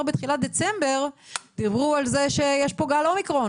בתחילת דצמבר דיברו על זה שיש פה גל אומיקרון.